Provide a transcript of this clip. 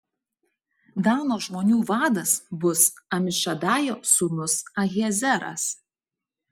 dano žmonių vadas bus amišadajo sūnus ahiezeras